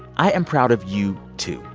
i am proud of you, too,